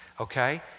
okay